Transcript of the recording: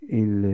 il